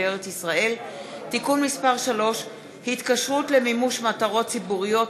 לארץ-ישראל (תיקון מס׳ 3) (התקשרות למימוש מטרות ציבוריות),